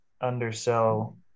undersell